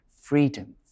freedom